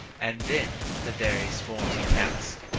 and then the various forms he cast,